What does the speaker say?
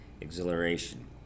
exhilaration